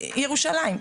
ירושלים,